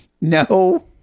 No